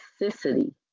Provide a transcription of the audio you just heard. toxicity